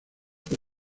por